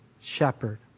shepherd